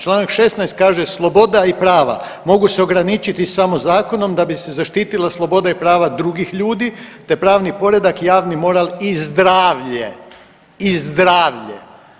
Članak 16. kaže: „Sloboda i prava mogu se ograničiti samo zakonom da bi se zaštitila sloboda i prava drugih ljudi te pravni poredak, javni moral i zdravlje.“ I zdravlje.